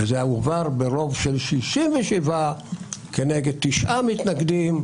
זה עבר ברוב של 67 כנגד 9 מתנגדים,